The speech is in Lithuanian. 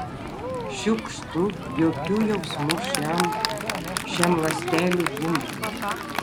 šiukštu jokių jausmų šiam šiam ląstelių gumului